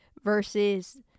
versus